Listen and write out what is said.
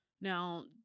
Now